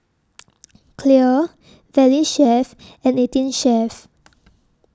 Clear Valley Chef and eighteen Chef